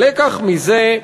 הלקח מזה,